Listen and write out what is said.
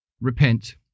repent